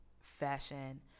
fashion